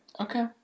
Okay